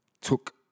took